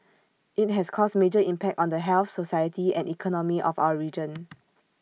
IT has caused major impact on the health society and economy of our region